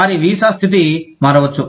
వారి వీసా స్థితి మారవచ్చు